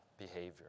behavior